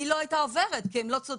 היא לא הייתה עוברת כי הם לא צודקים,